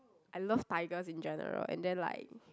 I love tigers in general and then like